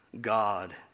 God